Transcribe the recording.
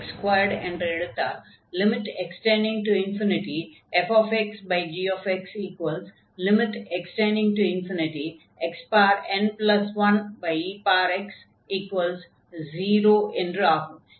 gx1x2 என்று எடுத்தால் fxgx xn1ex 0 என்று ஆகும்